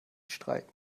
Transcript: streiken